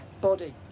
body